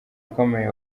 ukomeye